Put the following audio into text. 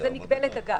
שזה מגבלת הגג.